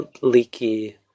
leaky